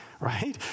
right